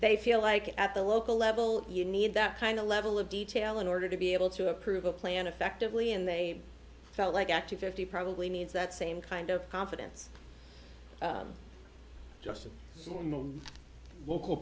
they feel like at the local level you need that kind of level of detail in order to be able to approve a plan effectively and they felt like actually fifty probably needs that same kind of confidence just local